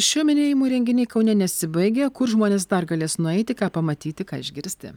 šiuo minėjimu renginiai kaune nesibaigia kur žmonės dar galės nueiti ką pamatyti ką išgirsti